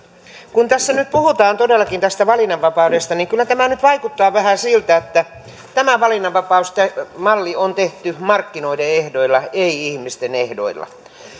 kun tässä nyt puhutaan todellakin tästä valinnanvapaudesta niin kyllä tämä nyt vaikuttaa vähän siltä että tämä valinnanvapausmalli on tehty markkinoiden ehdoilla ei ihmisten ehdoilla